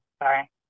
Sorry